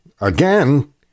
again